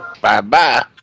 Bye-bye